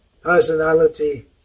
personality